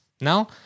Now